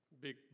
big